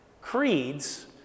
Creeds